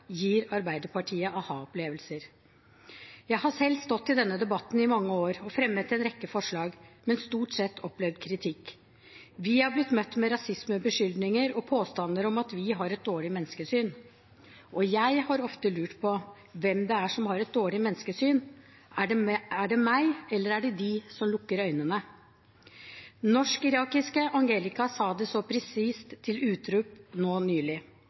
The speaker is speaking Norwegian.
gir Arbeiderpartiet aha-opplevelser. Jeg har selv stått i denne debatten i mange år og fremmet en rekke forslag, men stort sett opplevd kritikk. Vi har blitt møtt med rasismebeskyldninger og påstander om at vi har et dårlig menneskesyn, og jeg har ofte lurt på hvem det er som har et dårlig menneskesyn. Er det meg, eller er det dem som lukker øynene? Norsk-irakiske Angelica sa det så presist til Utrop nå nylig: